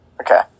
Okay